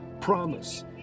promise